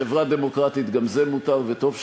בחברה דמוקרטית גם זה מותר, וטוב שכך.